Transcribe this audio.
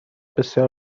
بسیار